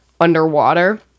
underwater